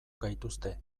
gaituzte